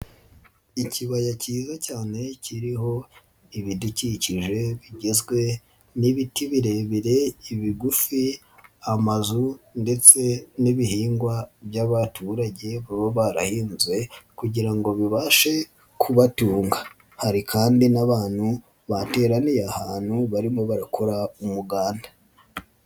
Ikibaya cyiza cyane kiriho ibidukikije bigizwe n'ibiti birebire, ibigufi, amazu ndetse n'ibihingwa by'abaturage baba barahizwe kugira ngo bibashe kubatunga, hari kandi n'abantu bateraniye ahantu barimo barakora umuganda.